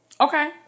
Okay